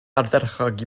ardderchog